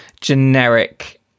generic